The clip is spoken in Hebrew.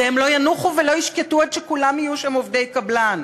והם לא ינוחו ולא ישקטו עד שכולם יהיו שם עובדי קבלן,